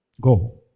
Go